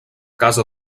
casa